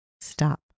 stop